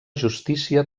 justícia